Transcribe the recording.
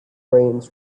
rains